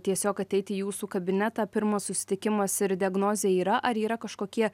tiesiog ateiti į jūsų kabinetą pirmas susitikimas ir diagnozė yra ar yra kažkokie